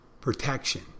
protection